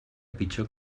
pitjor